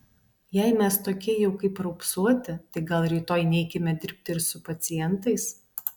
jei mes tokie jau kaip raupsuoti tai gal rytoj neikime dirbti ir su pacientais